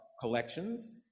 collections